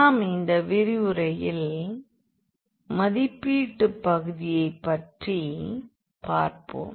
நாம் இந்த விரிவுரையில் மதிப்பீட்டு பகுதியை பற்றி பார்ப்போம்